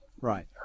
right